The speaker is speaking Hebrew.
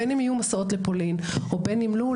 בין אם יהיו מסעות לפולין ובין אם לא,